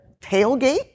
tailgate